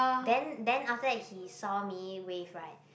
then then after that he saw me wave right